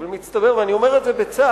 אבל מסתבר, ואני אומר את זה בצער,